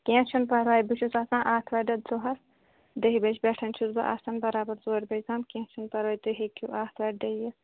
کیٚنٛہہ چھُنہٕ پَرواے بہٕ چھَس آسان آتھوارِ دۅہ دۅہَس دَہہِ بَجہِ پیٚٹھ چھَس بہٕ آسان بَرابَر ژورِ بَجہِ تام کیٚنٛہہ چھُنہٕ پَرٕواے تُہۍ ہیٚکِو آتھوارِ دۅہ یِتھ